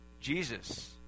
Jesus